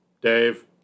Dave